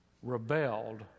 Rebelled